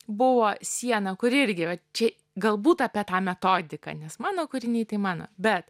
buvo siena kuri irgi yra čia galbūt apie tą metodiką nes mano kūriniai tai mano bet